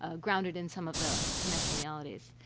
ah grounded in some of the financial realities.